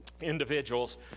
individuals